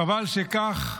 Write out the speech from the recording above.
חבל שכך,